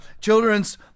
children's